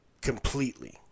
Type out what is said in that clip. completely